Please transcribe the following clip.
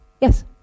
Yes